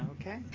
Okay